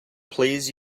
please